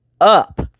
up